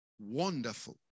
Wonderful